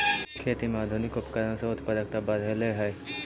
खेती में आधुनिक उपकरण से उत्पादकता बढ़ले हइ